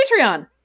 Patreon